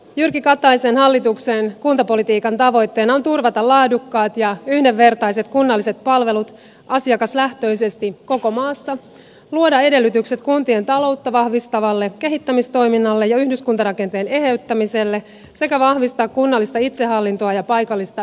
jyrki kataisen hallituksen kuntapolitiikan tavoitteena on turvata laadukkaat ja yhdenvertaiset kunnalliset palvelut asiakaslähtöisesti koko maassa luoda edellytykset kuntien taloutta vahvistavalle kehittämistoiminnalle ja yhdyskuntarakenteen eheyttämiselle sekä vahvistaa kunnallista itsehallintoa ja paikallista demokratiaa